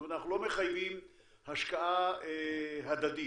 הם לא מחייבים השקעה הדדית,